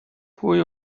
pwy